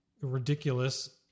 ridiculous